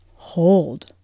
Hold